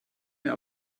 mir